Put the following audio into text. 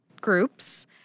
groups